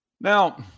Now